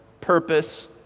Purpose